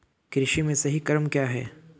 कृषि में सही क्रम क्या है?